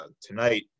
tonight